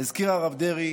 הזכיר הרב דרעי